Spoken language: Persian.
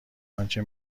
آنچه